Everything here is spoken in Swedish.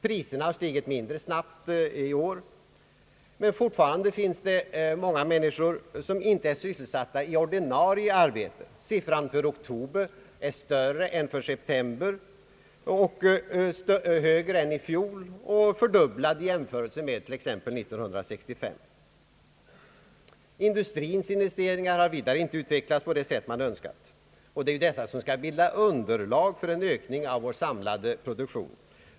Priserna har stigit mindre snabbt i år, men fortfarande finns många människor som inte är sysselsatta i ordinarie arbete. Siffran för oktober är större än för september, högre än i fjol och fördubblad i jämförelse med t.ex. 1965. Vidare har industrins investeringar inte utvecklats på det sätt som man skulle ha önskat. Dessa skall ju bilda underlag för en ökning av vår samlade produktion.